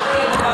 בבקשה.